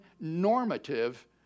normative